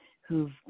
who've